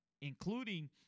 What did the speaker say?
including